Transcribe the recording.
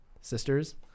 sister's